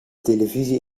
televisie